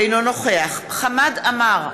אינו נוכח חמד עמאר,